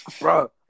Bro